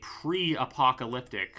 pre-apocalyptic